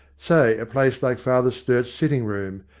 say a place like father sturt's sitting-room,